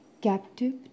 captive